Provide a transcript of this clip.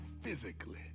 physically